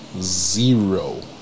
zero